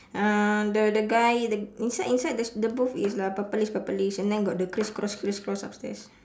uh the the guy the inside inside there's the booth is uh purplish purplish and then got the criss cross criss cross upstairs